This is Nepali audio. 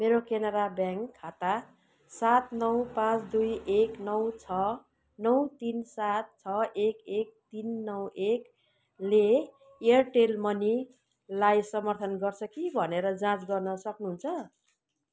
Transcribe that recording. मेरो केनरा ब्याङ्क खाता सात नौ पाँच दुई एक नौ छ नौ तिन सात छ एक एक तिन नौ एकले एयरटेल मनीलाई समर्थन गर्छ कि भनेर जाँच गर्न सक्नुहुन्छ